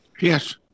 Yes